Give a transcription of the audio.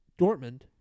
Dortmund